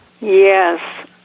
Yes